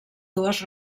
dues